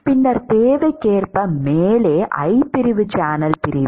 பின்னர் தேவைக்கேற்ப மேலே I பிரிவு சேனல் பிரிவு